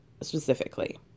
specifically